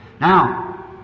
Now